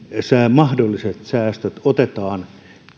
mahdolliset säästöt otetaan